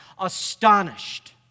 astonished